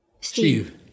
Steve